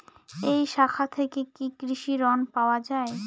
এই শাখা থেকে কি কৃষি ঋণ পাওয়া যায়?